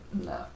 No